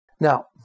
Now